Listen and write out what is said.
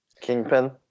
Kingpin